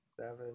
seven